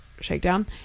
shakedown